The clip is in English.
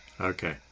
okay